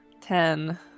Ten